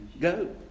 go